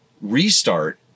restart